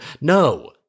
No